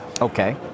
Okay